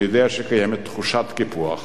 אני יודע שקיימת תחושת קיפוח